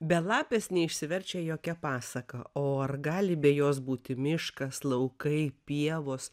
be lapės neišsiverčia jokia pasaka o ar gali be jos būti miškas laukai pievos